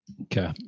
Okay